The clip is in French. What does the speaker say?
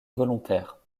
volontaire